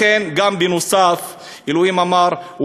לכן אלוהים אמר: